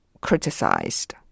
criticized